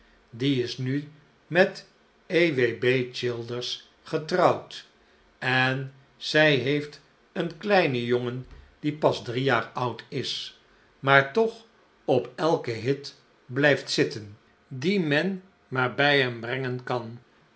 die is nu met e w b childers getrouwd en zij heeft een kleinen jongen die pas drie jaar oud is maar toch op elken hit blijft zitten dien men maar bij hem brengen kan